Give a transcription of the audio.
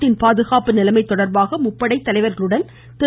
நாட்டின் பாதுகாப்பு நிலைமை தொடர்பாக முப்படை தலைவர்களுடன் திரு